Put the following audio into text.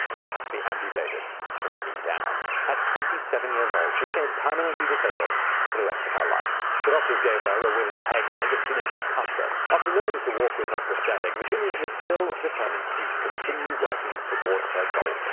like had to be amputated from the knee down. at twenty seven years old, she became permanently disabled for the rest of her life. the doctors gave her a wooden peg leg, and she named it cuthbert. after learning to walk with her prosthetic, virginia was still determined to continue working towards her goal.